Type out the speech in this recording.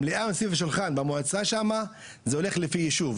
המליאה סביב השולחן במועצה שם, זה הולך לפי ישוב.